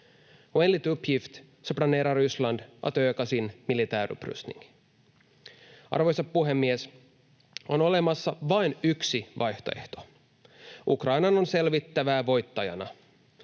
Arvoisa puhemies! On olemassa vain yksi vaihtoehto: Ukrainan on selvittävä voittajana.